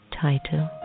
title